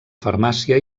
farmàcia